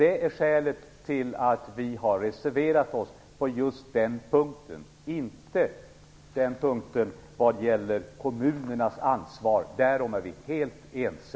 Det är skälet till att vi har reserverat oss på just den punkten. Vi har emellertid inte reserverat oss vad gäller kommunernas ansvar, utan därom är vi helt ense.